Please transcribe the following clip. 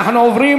אנחנו עוברים